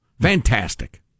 Fantastic